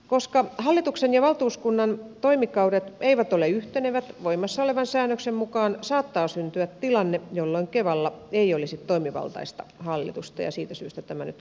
koska hallituksen ja valtuuskunnan toimikaudet eivät ole yhtenevät voimassa olevan säännöksen mukaan saattaa syntyä tilanne jolloin kevalla ei olisi toimivaltaista hallitusta ja siitä syystä tämä nyt korjataan